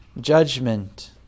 judgment